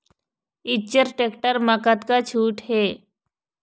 Eicher tractor म कतका छूट हे?